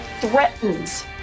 threatens